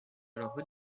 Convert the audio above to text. alors